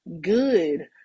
good